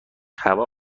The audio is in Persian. هوا